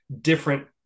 different